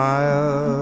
smile